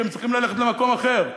כי הם צריכים ללכת למקום אחר,